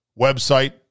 website